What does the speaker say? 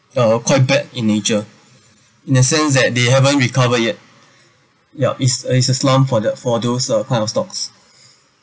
uh quite bad in nature in a sense that they haven't recover yet yup it's a it's a slump for that for those uh kind of stocks